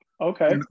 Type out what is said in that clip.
okay